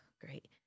great